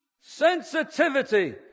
Sensitivity